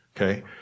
Okay